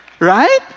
Right